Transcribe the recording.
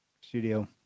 studio